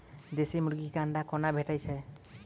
देसी मुर्गी केँ अंडा कोना भेटय छै?